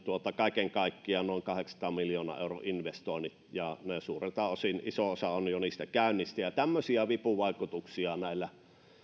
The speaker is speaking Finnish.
kaiken kaikkiaan noin kahdeksansadan miljoonan euron investoinnit ja iso osa niistä on jo käynnissä tämmöisiä vipuvaikutuksia